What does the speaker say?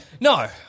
No